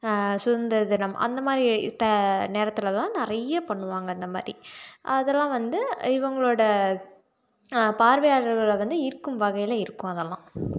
சுதந்திர தினம் அந்த மாதிரி ட நேரத்திலலாம் நிறைய பண்ணுவாங்கள் அந்த மாதிரி அதெல்லாம் வந்து இவங்களோட பார்வையாளர்களை வந்து ஈர்க்கும் வகையில் இருக்கும் அதெல்லாம்